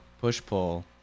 Push-pull